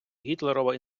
гітлерова